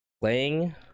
playing